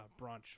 brunch